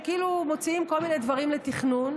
שכאילו מוציאים כל מיני דברים לתכנון,